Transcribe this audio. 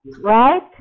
Right